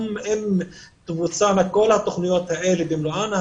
גם אם תבוצענה כל התכניות האלה במלואן,